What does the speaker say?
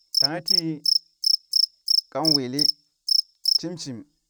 Tanghe tii kan wili shim shim.